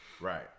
Right